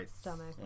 stomach